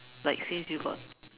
like since you got